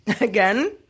again